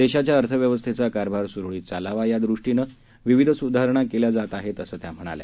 देशाच्या अर्थव्यवस्थेचा कारभार सुरळीत चालावा यादृष्टीनं विविध सुधारणा करण्यात येत आहेत असं त्या म्हणाल्या